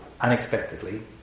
unexpectedly